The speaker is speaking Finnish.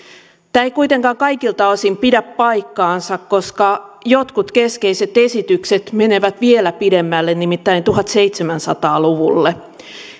tämä ei kuitenkaan kaikilta osin pidä paikkaansa koska jotkut keskeiset esitykset menevät vielä pidemmälle nimittäin tuhatseitsemänsataa luvulle